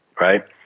right